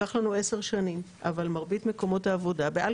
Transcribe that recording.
לקח לנו 10 שנים אבל מרבית מקומות העבודה בעל